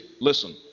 listen